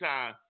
Time